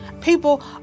People